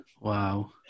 wow